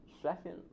second